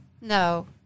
No